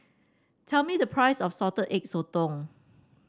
tell me the price of Salted Egg Sotong